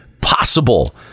possible